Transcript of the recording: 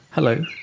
Hello